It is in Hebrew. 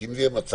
אם זה יהיה מצב